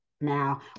Now